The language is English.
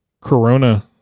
corona